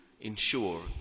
ensure